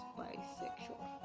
bisexual